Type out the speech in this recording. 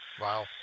Wow